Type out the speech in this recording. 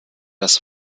das